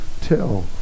tell